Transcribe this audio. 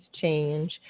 change